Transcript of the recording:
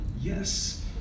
yes